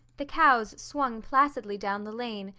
the cows swung placidly down the lane,